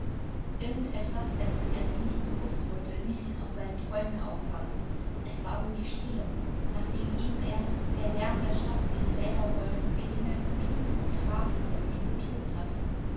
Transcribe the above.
irgend etwas dessen er sich nicht bewußt wurde ließ ihn aus seinen träumen auffahren es war wohl die stille nachdem eben erst der lärm der stadt in räderrollen klingeln tuten und traben um ihn getobt hatte